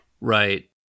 Right